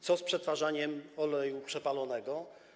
Co z przetwarzaniem oleju przepalonego?